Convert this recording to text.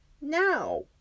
now